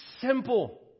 simple